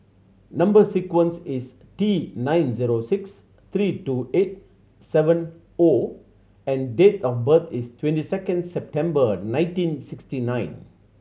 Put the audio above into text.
number sequence is T nine zero six three two eight seven O and date of birth is twenty second September nineteen sixty nine